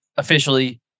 Officially